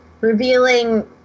revealing